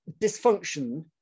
dysfunction